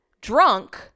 drunk